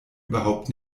überhaupt